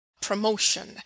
promotion